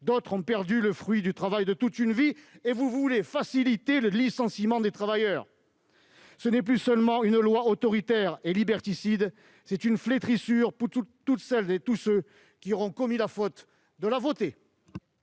D'autres ont perdu le fruit du travail de toute une vie. Et vous voulez faciliter le licenciement des travailleurs ! Ce n'est plus seulement une loi autoritaire et liberticide ; c'est une flétrissure pour toutes celles et tous ceux qui auront commis la faute de la voter